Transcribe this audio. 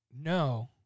no